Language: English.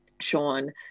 Sean